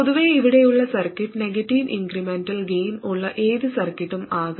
പൊതുവേ ഇവിടെയുള്ള circuit negative incremental gain ഉള്ള ഏത് സർക്യൂട്ടും ആകാം